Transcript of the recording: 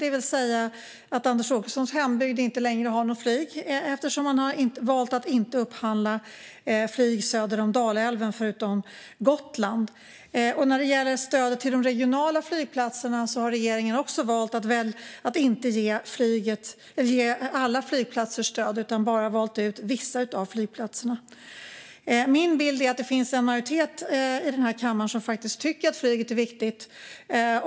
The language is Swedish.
Det vill säga att Anders Åkessons hembygd inte längre har något flyg, för man har valt att inte upphandla flyg söder om Dalälven förutom till och från Gotland. När det gäller stöd till de regionala flygplatserna har regeringen också valt att inte ge stöd till alla flygplatser, utan man har bara valt ut vissa av dem. Min bild är att det finns en majoritet i den här kammaren som tycker att flyget är viktigt.